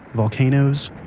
volcanoes,